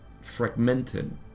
fragmented